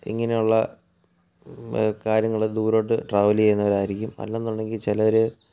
ഇങ്ങനെയുള്ള കാര്യങ്ങൾ ദൂരോട്ട് ട്രാവൽ ചെയ്യുന്നവരായിരിക്കും അല്ലെന്നുണ്ടെങ്കിൽ ചിലർ